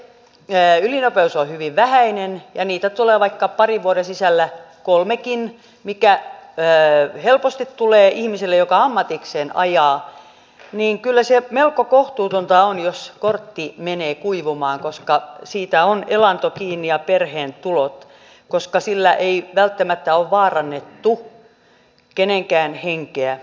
jos se ylinopeus on hyvin vähäinen ja niitä sakkoja tulee vaikka parin vuoden sisällä kolmekin mikä helposti tulee ihmiselle joka ammatikseen ajaa niin kyllä se melko kohtuutonta on jos kortti menee kuivumaan koska siitä on elanto ja perheen tulot kiinni ja koska sillä ei välttämättä ole vaarannettu kenenkään henkeä